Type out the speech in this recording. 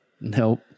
nope